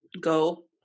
go